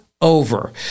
over